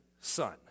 son